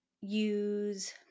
use